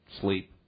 sleep